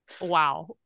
Wow